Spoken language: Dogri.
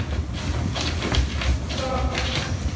तां